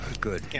Good